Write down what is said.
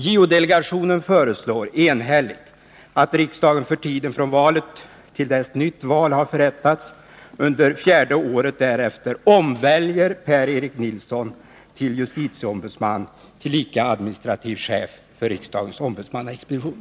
JO-delegationen föreslår enhälligt att riksdagen för tiden från valet till dess nytt val har förrättats under fjärde året därefter omväljer Per-Erik Nilsson till justitieombudsman, tillika administrativ chef för riksdagens ombudsmannaexpedition.